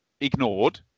ignored